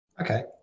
Okay